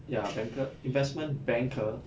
ya banker investment banker